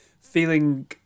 feeling